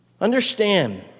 Understand